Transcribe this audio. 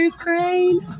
Ukraine